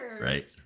Right